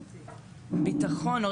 למרות שאנחנו חייבות להזכיר,